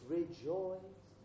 rejoice